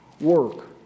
work